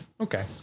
Okay